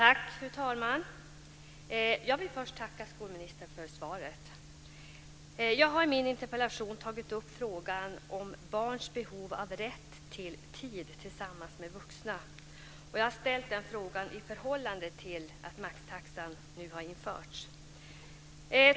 Fru talman! Först vill jag tacka skolministern för svaret. Jag har i min interpellation tagit upp frågan om barns behov av och rätt till tid tillsammans med vuxna och har ställt frågan i förhållande till att maxtaxan nu införts.